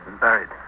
buried